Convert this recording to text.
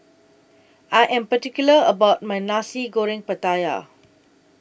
I Am particular about My Nasi Goreng Pattaya